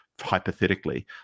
hypothetically